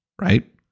right